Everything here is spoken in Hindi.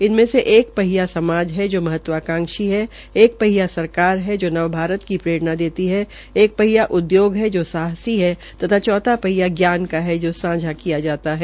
इसमे से एक पहिया समाज है जो महत्वाकांशी है एक पहिया सरकार है जो नव भारत की प्ररेणा देती है एक पहिया उद्योग है जो साहसी है तथा चौथा पहिया ज्ञान है जो सांझा किया जाता है